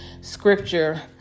scripture